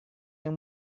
yang